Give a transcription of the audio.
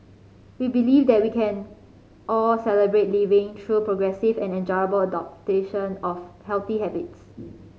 we believe that we can all Celebrate Living through progressive and enjoyable of healthy habits